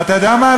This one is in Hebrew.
ואתה יודע מה,